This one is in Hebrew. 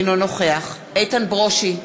אינו נוכח איתן ברושי,